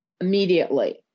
immediately